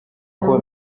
kuba